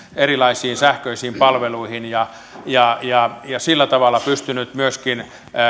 erilaisiin sähköisiin palveluihin ja ja sillä tavalla pystynyt myöskin